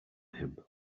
him